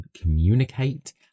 communicate